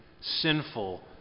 sinful